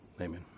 Amen